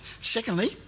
secondly